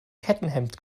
kettenhemd